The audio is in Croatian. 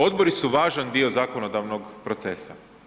Odbori su važan dio zakonodavnog procesa.